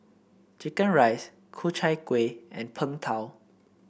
chicken rice Ku Chai Kuih and Png Tao